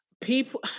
people